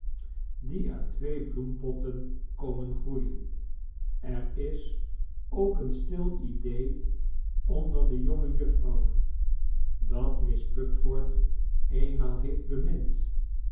die uit twee bloempotten komen groeien er is ook een stil idee onder de jongejuffrouwen dat miss pupford eenmaal heeft